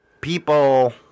people